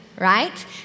right